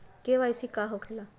KYC का होला?